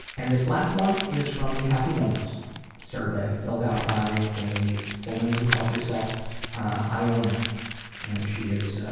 and this last one is from the happy moments survey, filled out by a woman who calls herself ah iona and she is